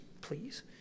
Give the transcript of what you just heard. please